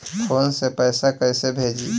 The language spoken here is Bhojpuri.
फोन से पैसा कैसे भेजी?